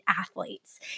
athletes